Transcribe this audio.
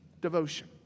devotion